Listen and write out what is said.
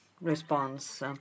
response